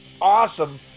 awesome